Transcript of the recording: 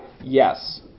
Yes